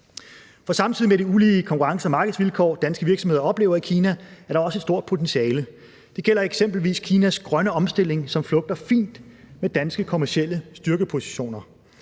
For samtidig med de ulige konkurrence- og markedsvilkår, danske virksomheder oplever i Kina, er der også et stort potentiale. Det gælder eksempelvis Kinas grønne omstilling, som flugter fint med danske kommercielle styrkepositioner